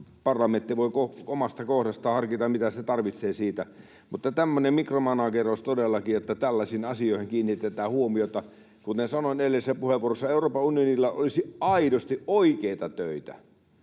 parlamentti voi omasta kohdastaan harkita, mitä se tarvitsee siitä, mutta tämmöinen mikromanageeraus todellakin, että tällaisiin asioihin kiinnitetään huomiota... Kuten sanoin edellisessä puheenvuorossa, Euroopan unionilla olisi aidosti oikeita töitä.